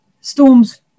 storms